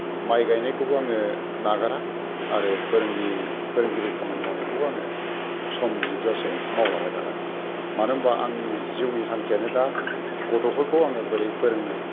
माइ गायनायखौबो आङो नागारा आरो फोरोंगिरि फोरोंगिरि खामानि मावनायखौबो आङो सम जोबजासे मावलांबाय थागोन मानो होम्बा आंनि जिउनि थांखियानो दा गथ'फोरखौ आङो बोरै फोरोंनो